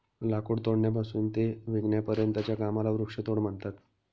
लाकूड तोडण्यापासून ते विकण्यापर्यंतच्या कामाला वृक्षतोड म्हणतात